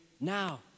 now